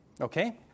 Okay